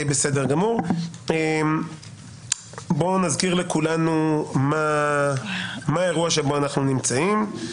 בואו נזכיר לכולנו מהו האירוע שבו אנחנו נמצאים.